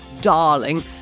darling